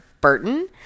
Burton